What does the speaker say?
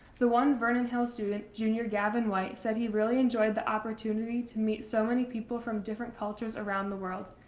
the one vernon hills' student, junior gavin whites, said he really enjoyed the opportunity to meet so many people from different cultures around the world.